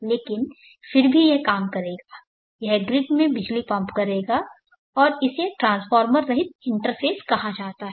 लेकिन फिर भी यह काम करेगा यह ग्रिड में बिजली पंप करेगा और इसे ट्रांसफार्मर रहित इंटरफ़ेस कहा जाता है